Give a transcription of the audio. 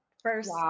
first